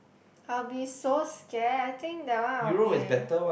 I'll be so scared I think that one I'll be